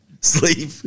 Sleep